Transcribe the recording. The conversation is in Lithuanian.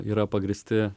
yra pagrįsti